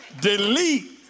delete